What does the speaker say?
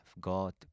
God